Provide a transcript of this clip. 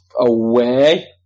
away